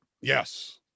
yes